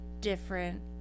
different